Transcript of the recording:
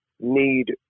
need